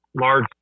large